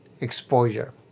exposure